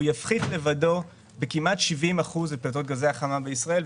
הוא יפחית לבדו בכמעט 70% את פליטות גזי החממה בישראל.